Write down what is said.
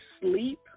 sleep